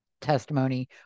testimony